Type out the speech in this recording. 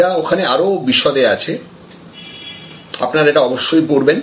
এটা ওখানে আরো বিশদে আছে আপনারা এটা অবশ্যই পড়বেন